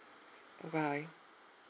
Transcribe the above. bye bye